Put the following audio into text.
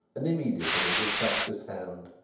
and immediately, with practised hand,